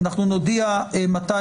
אנחנו נודיע מתי.